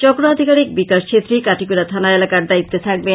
চক্র আধিকারিক বিকাশ ছেত্রী কাটীগড়া থানা এলাকার দায়িত্বে থাকবেন